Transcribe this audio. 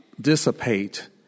dissipate